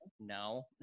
No